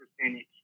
percentage